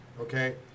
okay